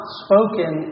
spoken